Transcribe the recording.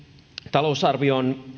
talousarvion